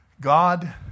God